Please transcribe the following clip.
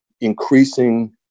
increasing